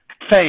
face